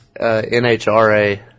NHRA